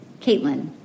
Caitlin